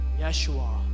Yeshua